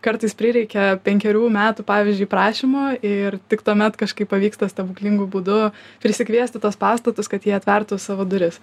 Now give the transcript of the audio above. kartais prireikia penkerių metų pavyzdžiui prašymų ir tik tuomet kažkaip pavyksta stebuklingu būdu prisikviesti tuos pastatus kad jie atvertų savo duris